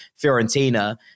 Fiorentina